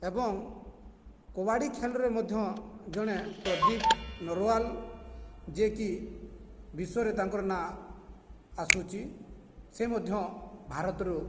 ଏବଂ କବାଡ଼ି ଖେଲରେ ମଧ୍ୟ ଜଣେ ପ୍ରଦୀପ ନରୱାଲ ଯିଏକି ବିଶ୍ୱରେ ତାଙ୍କର ନାଁ ଆସୁଛି ସେ ମଧ୍ୟ ଭାରତରୁ